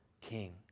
King